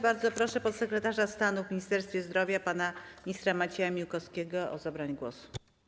Bardzo proszę podsekretarza stanu w Ministerstwie Zdrowia pana ministra Macieja Miłkowskiego o zabranie głosu.